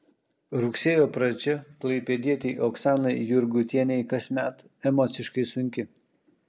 rugsėjo pradžia klaipėdietei oksanai jurgutienei kasmet emociškai sunki